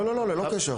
לא, לא, ללא שום קשר.